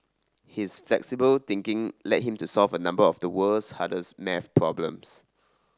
his flexible thinking led him to solve a number of the world's hardest math problems